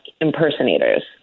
impersonators